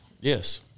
Yes